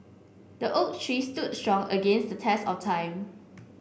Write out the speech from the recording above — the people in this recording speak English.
the oak tree stood strong against the test of time